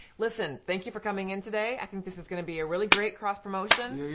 listen. thank you for coming in today. i think this is going to be a really great cross-promotion.